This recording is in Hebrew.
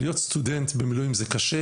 שלהיות סטודנט במילואים זה קשה,